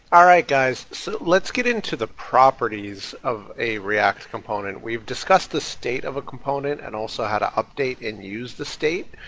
guys. so let's get into the properties of a react component. we've discussed the state of a component and also how to update and use the state.